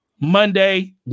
monday